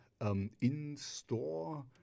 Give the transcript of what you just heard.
in-store